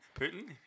Putin